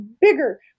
bigger